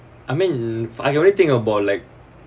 I mean I only think about like